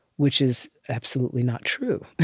which is absolutely not true.